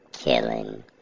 killing